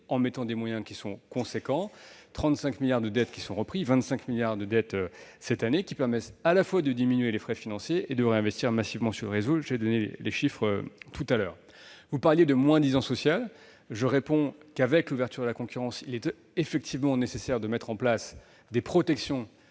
en accordant des moyens considérables- 35 milliards d'euros de dettes repris, dont 25 milliards d'euros dès cette année -, ce qui permet à la fois de diminuer les frais financiers et de réinvestir massivement sur le réseau. J'ai donné les chiffres tout à l'heure. Vous parliez de moins-disant social. Je réponds que, avec l'ouverture à la concurrence, il est effectivement nécessaire de mettre en place des protections